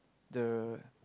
the